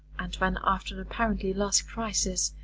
and when, after apparently last crisis,